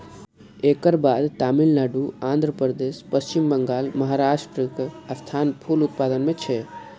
एकर बाद तमिलनाडु, आंध्रप्रदेश, पश्चिम बंगाल, महाराष्ट्रक स्थान फूल उत्पादन मे छै